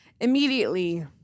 Immediately